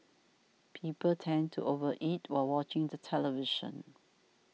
people tend to over eat while watching the television